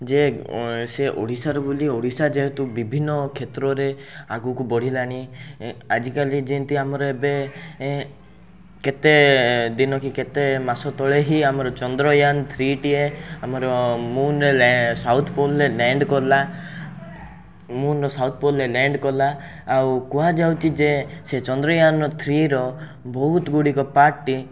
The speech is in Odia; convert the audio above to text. ଯେ ସିଏ ଓଡ଼ିଶାର ବୋଲି ଓଡ଼ିଶା ଯେହେତୁ ବିଭିନ୍ନ କ୍ଷେତ୍ରରେ ଆଗକୁ ବଢ଼ିଲାଣି ଆଜିକାଲି ଯେମିତି ଆମର ଏବେ କେତେଦିନ କି କେତେ ମାସ ତଳେ ହିଁ ଆମର ଚନ୍ଦ୍ରଯାନ ଥ୍ରୀଟିଏ ଆମର ମୁନରେ ସାଉଥ୍ ପୋଲରେ ଲ୍ୟାଣ୍ଡ କଲା ମୁନର ସାଉଥ୍ ପୋଲରେ ଲ୍ୟାଣ୍ଡ କଲା ଆଉ କୁହାଯାଉଛି ଯେ ସେ ଚନ୍ଦ୍ରୟାନ୍ ଥ୍ରୀର ବହୁତ ଗୁଡ଼ିକ ପାର୍ଟଟେ